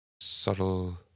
subtle